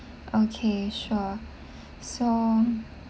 okay sure so